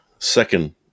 Second